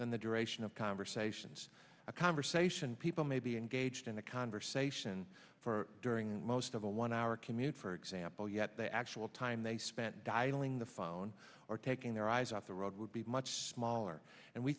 than the duration of conversations a conversation people may be engaged in a conversation during most of the one hour commute for example yet the actual time they spent dialing the phone or taking their eyes off the road would be much smaller and we